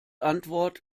antwort